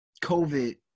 COVID